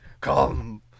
Come